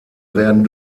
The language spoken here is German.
werden